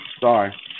Sorry